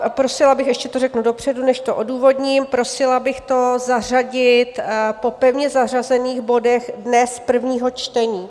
A prosila bych, ještě to řeknu dopředu, než to odůvodním, prosila bych to zařadit po pevně zařazených bodech dnes, prvního čtení...